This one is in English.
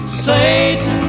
Satan